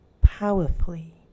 powerfully